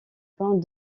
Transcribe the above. pains